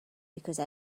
because